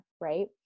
right